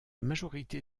majorité